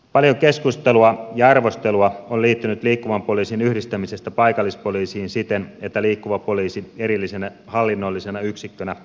paljon keskustelua ja arvostelua on liittynyt liikkuvan poliisin yhdistämisestä paikallispoliisiin siten että liikkuva poliisi erillisenä hallinnollisena yksikkönä lakkautetaan